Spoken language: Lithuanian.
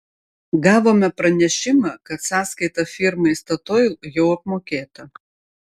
gavome pranešimą kad sąskaita firmai statoil jau apmokėta